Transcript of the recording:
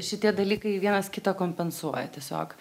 šitie dalykai vienas kitą kompensuoja tiesiog